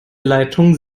leitung